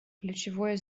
ключевое